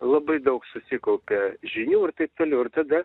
labai daug susikaupė žinių ir taip toliau ir tada